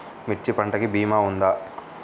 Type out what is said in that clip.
మిర్చి పంటకి భీమా ఉందా?